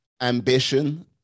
ambition